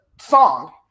song